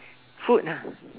food lah